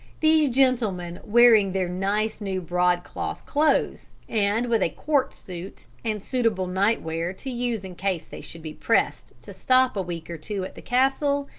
these gentlemen, wearing their nice new broadcloth clothes, and with a court suit and suitable night-wear to use in case they should be pressed to stop a week or two at the castle,